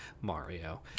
Mario